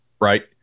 right